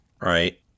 Right